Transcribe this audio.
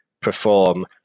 perform